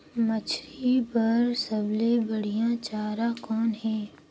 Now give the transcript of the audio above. मछरी बर सबले बढ़िया चारा कौन हे?